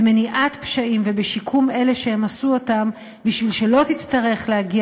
במניעת פשעים ובשיקום אלה שעשו אותם בשביל שלא תצטרך להגיע